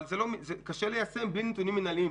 אבל קשה ליישם את זה בלי נתונים מינהליים.